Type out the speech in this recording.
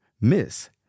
Miss